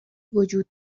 وجود